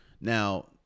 Now